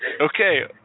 Okay